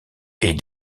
est